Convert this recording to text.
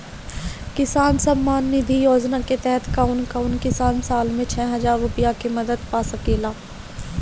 किसान सम्मान निधि योजना के तहत कउन कउन किसान साल में छह हजार रूपया के मदद पा सकेला?